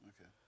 Okay